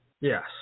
Yes